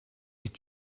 est